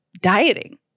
dieting